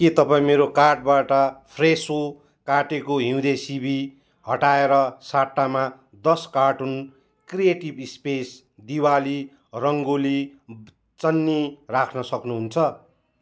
के तपाईँ मेरो कार्टबाट फ्रेसो काटेको हिउँदे सिमी हटाएर सट्टामा दस cartoon creative space Diwali rangoli चन्नी राख्न सक्नुहुन्छ